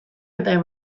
eta